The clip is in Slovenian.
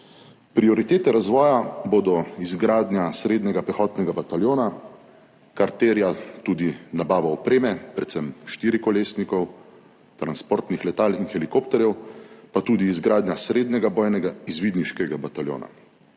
Prioritete razvoja bodo izgradnja srednjega pehotnega bataljona, kar terja tudi nabavo opreme, predvsem štirikolesnikov, transportnih letal in helikopterjev, pa tudi izgradnja srednjega bojnega izvidniškega bataljona.